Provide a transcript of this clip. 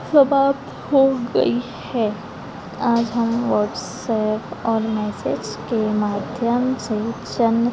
समाप्त हो गई है आज हम वट्सअप और मैसेज के माध्यम से चंद